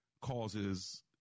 causes